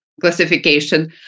classification